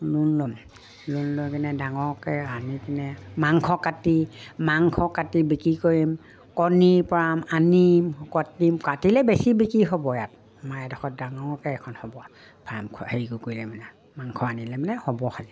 loan ল'ম loan লৈ কিনে ডাঙৰকে আনি কিনে মাংস কাটি মাংস কাটি বিক্ৰী কৰিম কণীৰ পৰা আনিম কাটিম কাটিলে বেছি বিক্ৰী হ'ব ইয়াত আমাৰ এডোখৰত ডাঙৰকে এখন হ'ব ফাৰ্ম হেৰি কৰি কৰিলে মানে মাংস আনিলে মানে হ'ব খালি